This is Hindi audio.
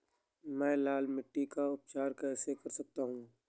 मैं लाल मिट्टी का उपचार कैसे कर सकता हूँ?